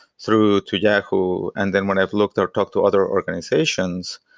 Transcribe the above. through to yahoo. and then when i've looked or talked to other organizations,